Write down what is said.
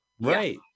Right